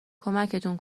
کمکتون